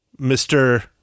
Mr